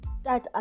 start